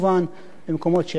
במקומות שאין מדרכות,